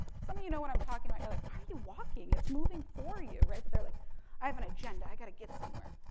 some of you know what i'm talking about, you're like why are you walking? it's moving for you. right, but they're like i've an agenda, i've got to get somewhere.